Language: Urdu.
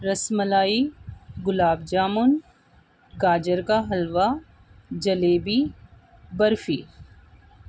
رس ملائی گلاب جامن گاجر کا حلوہ جلیبی برفی